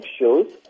shows